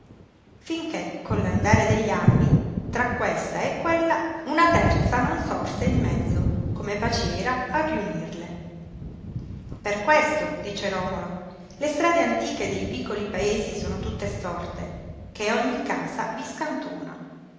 finché con l'andare degli anni tra questa e quella una terza non sorse in mezzo come paciera a riunirle per questo dice romolo le strade antiche dei piccoli paesi sono tutte storte che ogni casa vi scantona